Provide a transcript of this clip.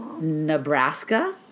Nebraska